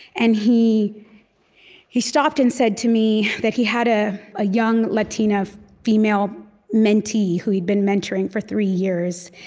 and he he stopped and said to me that he had a young latina female mentee who he'd been mentoring for three years,